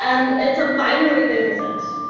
and it's a binary dataset.